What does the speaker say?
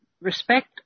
respect